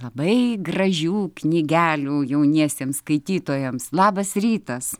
labai gražių knygelių jauniesiems skaitytojams labas rytas